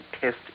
test